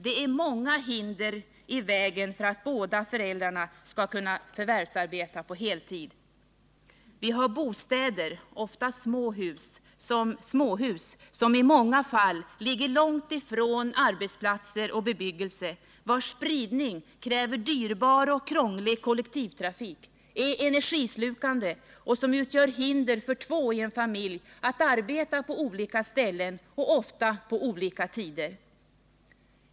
Det är många hinder i vägen för att båda föräldrarna skall kunna förvärvsarbeta på heltid. Vi har bostäder, ofta småhus, som i många fall ligger långt från arbetsplatser och bebyggelse. Denna spridning kräver dyrbar och krånglig kollektivtrafik, är energislukande och utgör hinder för två i en familj att arbeta på olika ställen och ofta på olika tider.